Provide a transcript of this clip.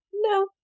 No